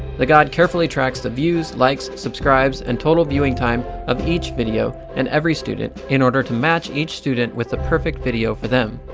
the god carefully tracks the views, likes, subscribes, and total viewing time of each video, and every student, in order to match each student with the perfect video for them.